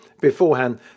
beforehand